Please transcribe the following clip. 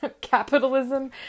capitalism